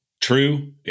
True